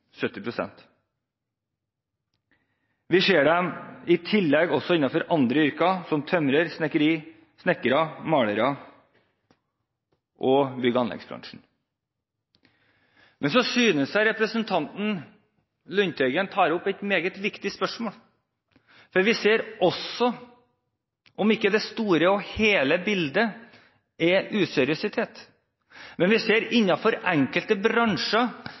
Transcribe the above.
70 pst. av arbeidsinnvandrerne og arbeidstakerne på korttidsopphold kommer gjennom arbeidsinnvandring. Vi ser dem også innenfor andre yrker, som tømrere, snekkere, malere, og innenfor bygg- og anleggsbransjen. Jeg synes representanten Lundteigen tar opp et meget viktig spørsmål. Om vi ikke i det store og hele bildet ser useriøsitet, ser vi innenfor enkelte bransjer